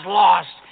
lost